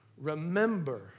remember